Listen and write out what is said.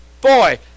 Boy